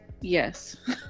yes